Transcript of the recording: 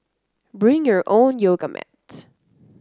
bring your own yoga mat